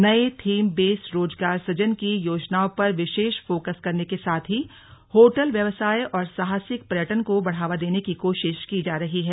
नये theme based रोजगार सुजन की योजनाओं पर विशेष फोकस करने के साथ ही होटल व्यवसाय और साहसिक पर्यटन को बढ़ावा देने की कोशिश की जा रही है